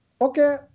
okay